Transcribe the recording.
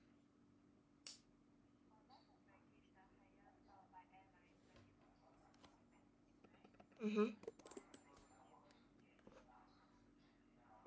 mmhmm